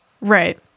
Right